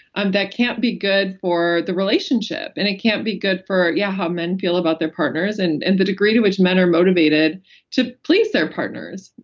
um that can't be good for the relationship. and it can't be good for yeah how men feel about their partners and and the degree to which men are motivated to please their partners.